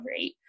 right